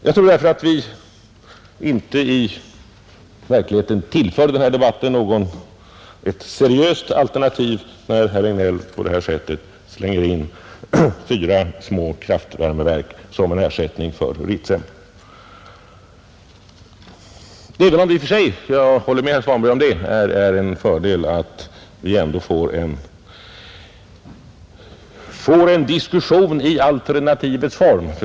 Jag tror därför inte att denna debatt i verkligheten tillförs något seriöst alternativ när herr Regnéll på detta sätt för fram fyra små kraftvärmeverk som en ersättning för Ritsem, även om det i och för sig — jag håller med herr Svanberg om det — är en fördel att vi ändå får en diskussion i alternativets form.